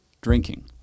drinking